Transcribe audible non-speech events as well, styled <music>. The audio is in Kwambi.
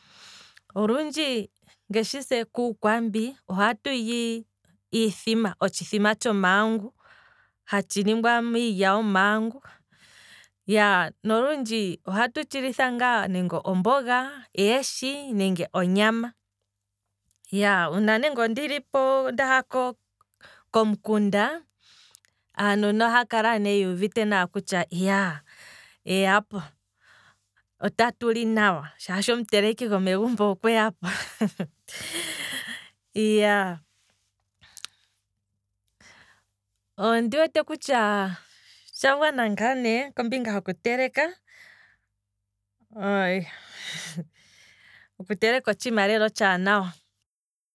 Olundji ngaashi se kuukwambi ohatu li iithima, otshithima tshomaangu, hatshi ningwa miilya yomahangu, iyaaa, no lundji ohatu tshilitha ngaa nande omboga, eeshi, nenge onyama, iyaa, uuna nande ondili po ndaha komukunda, aanona ohaya kala ne yuuvite nawa kutya iyaaa eyapo, otatu li nawa shaashi omuteleki gomegumbo okweya po <laughs> iyaa, ondi wete kutya otsha gwana ngaa ne kombinga hoku teleke <laughs> oku teleka otshiima otshaanawa.